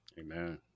Amen